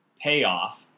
payoff